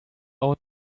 out